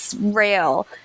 rail